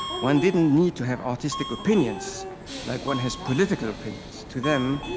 one didn't need to have artistic opinions like one has political opinions. to them,